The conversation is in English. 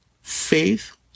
faith